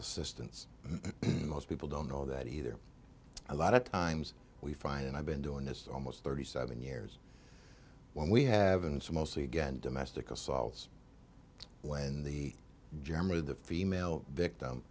assistance most people don't know that either a lot of times we find and i've been doing this almost thirty seven years when we haven't so most again domestic assaults when the germ or the female victim